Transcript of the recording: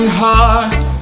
heart